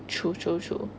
true true true